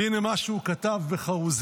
והינה מה שהוא כתב בחרוזים: